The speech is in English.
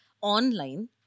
online